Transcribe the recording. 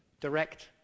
direct